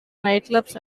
nightclubs